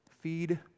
feed